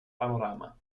panorama